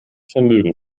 vermögen